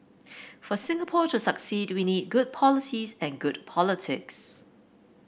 for Singapore to succeed we need good policies and good politics